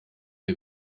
der